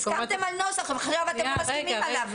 הסכמתם על נוסח ועכשיו אתם משיגים עליו.